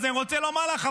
אז אני רוצה לומר לך,